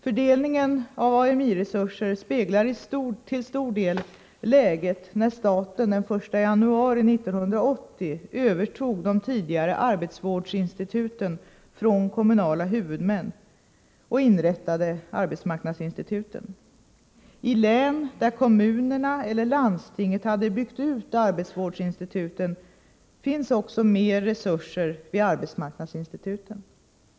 Fördelningen av Ami-resurser speglar till stor del läget när staten den 1 januari 1980 övertog de tidigare arbetsvårdsinstituten från kommunala huvudmän och inrättade arbetsmarknadsinstituten. I län där kommunerna eller landstinget hade byggt ut arbetsvårdsinstituten finns också mer resurser vid arbetsmarknadsinstituten.